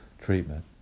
treatment